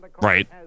Right